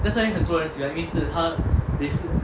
that's why 很多人喜欢因为是他 they